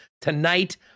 tonight